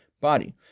body